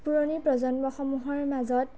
পুৰণি প্ৰজন্মসমূহৰ মাজত